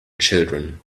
children